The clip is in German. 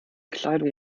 kleidung